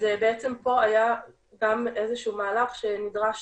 אז פה היה גם איזה שהוא מהלך שנדרש